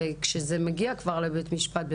כשזה מגיע כבר לבית משפט,